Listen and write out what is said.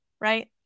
right